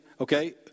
okay